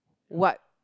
what